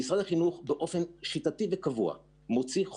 משרד החינוך מוציא באופן שיטתי וקבוע חוזרים